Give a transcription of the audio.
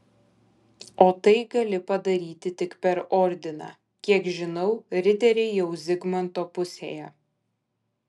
o tai gali padaryti tik per ordiną kiek žinau riteriai jau zigmanto pusėje